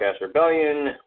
Rebellion